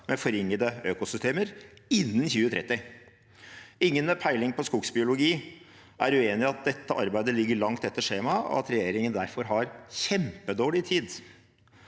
med forringede økosystemer innen 2030. Ingen med peiling på skogsbiologi er uenig i at dette arbeidet ligger langt etter skjema, og at regjeringen derfor har kjempedårlig tid.